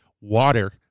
water